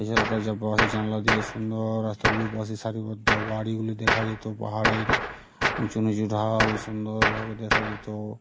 এছাড়া তো বাসের জানলা দিয়ে সুন্দর রাস্তা দু পাশে সারিবদ্ধ বাড়িগুলি দেখা যেত পাহাড়ের উঁচু নিঁচু ঢাল সুন্দরভাবে দেখা যেত